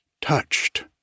touched